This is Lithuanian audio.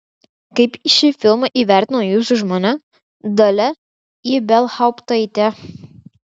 kaip šį filmą įvertino jūsų žmona dalia ibelhauptaitė